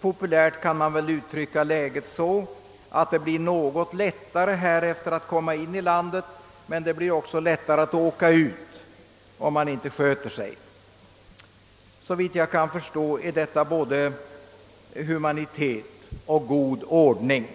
Populärt kan läget väl beskrivas så, att det blir något lättare härefter att komma in i landet men att det också blir lättare att åka ut ur landet om man inte sköter sig. Såvitt jag kan förstå är detta både humanitet och god ordning.